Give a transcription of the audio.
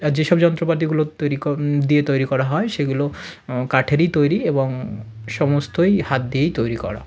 এবার যেসব যন্ত্রপাতিগুলো তৈরি ক দিয়ে তৈরি করা হয় সেগুলো কাঠেরই তৈরি এবং সমস্তই হাত দিয়েই তৈরি করা